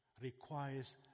requires